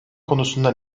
konusunda